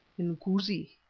inkoosi,